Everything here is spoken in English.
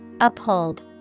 Uphold